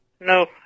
No